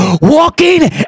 walking